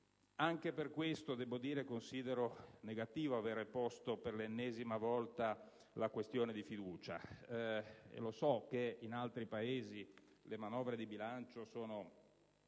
Anche per questo considero negativo aver posto per l'ennesima volta la questione di fiducia. So che in altri Paesi le manovre di bilancio sono